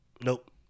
Nope